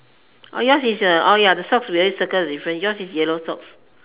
yours is a ya the socks we already circle the difference yours is yellow socks